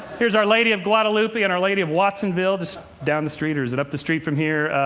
here's our lady of guadalupe and our lady of watsonville, just down the street, or is it up the street from here?